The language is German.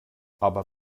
aber